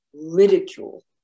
ridicule